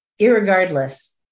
irregardless